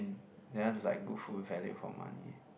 um that one is like good food value for money